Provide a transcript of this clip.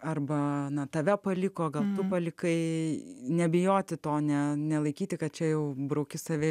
arba na tave paliko gal tu palikai nebijoti to ne nelaikyti kad čia jau brauki save